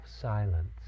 silence